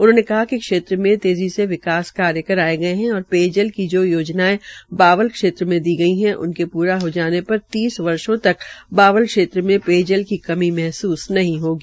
उन्होंने कहा कि क्षेत्र में तेजी से विकास कार्य कराये गये है और पेयजल की जो योजनायें बाबल क्षेत्र में दी गई है उनके पूरा हो जाने पर तीस वर्षो तक बावल क्षेत्र में पेयजल की कमी महसूस नहीं होगी